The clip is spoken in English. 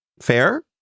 Fair